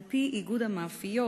על-פי איגוד המאפיות,